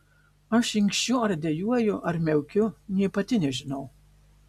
aš inkščiu ar dejuoju ar miaukiu nė pati nežinau